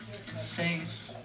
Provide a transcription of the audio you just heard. Safe